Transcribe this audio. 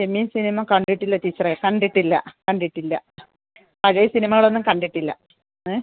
ചെമ്മീൻ cinema കണ്ടിട്ടില്ല ടീച്ചറേ കണ്ടിട്ടില്ല കണ്ടിട്ടില്ല പഴയ സിനിമകളൊന്നും കണ്ടിട്ടില്ല ഏ